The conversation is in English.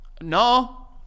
No